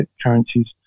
currencies